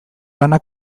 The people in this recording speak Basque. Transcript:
lana